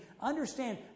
understand